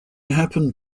happened